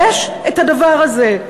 יש דבר כזה.